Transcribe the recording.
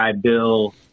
Bill